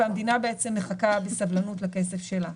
והמדינה בעצם מחכה בסבלנות לכסף שלה.